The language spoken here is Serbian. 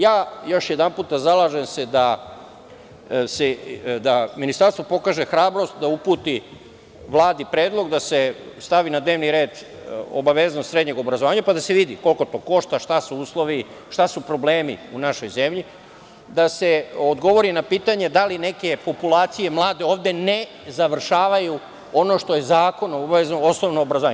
Još jedanputa, ja se zalažem da Ministarstvo pokaže hrabrost i da uputi Vladi predlog da se stavi na dnevni red obaveznost srednjeg obrazovanja, pa da se vidi koliko to košta, šta su uslovi, šta su problemi u našoj zemlji, da se odgovori na pitanje da li neke mlade populacije ovde ne završavaju ono što je zakonom obavezno – osnovno obrazovanje.